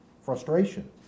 frustration